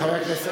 חבר הכנסת